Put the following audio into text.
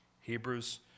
Hebrews